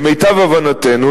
"למיטב הבנתנו,